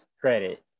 credit